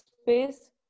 space